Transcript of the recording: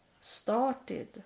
started